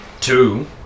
two